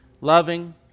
loving